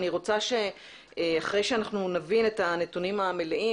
אני רוצה שאחרי שנבין את הנתונים המלאים.